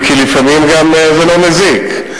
אם כי לפעמים זה לא מזיק.